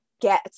get